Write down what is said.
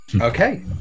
Okay